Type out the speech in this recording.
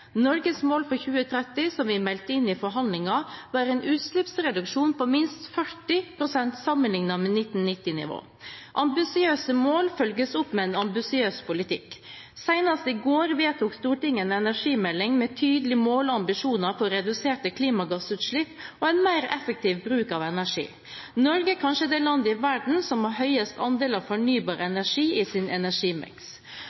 Norges mål for 2030, som vi meldte inn i forhandlinger, var en utslippsreduksjon på minst 40 pst. sammenlignet med 1990-nivået. Ambisiøse mål følges opp med en ambisiøs politikk. Senest i går vedtok Stortinget en energimelding med tydelige mål og ambisjoner for reduserte klimagassutslipp og en mer effektiv bruk av energi. Norge er kanskje det landet i verden som har høyest andel av fornybar